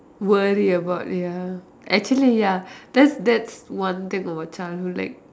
worry about ya actually ya that's that's one thing from my childhood like